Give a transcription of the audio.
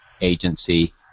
agency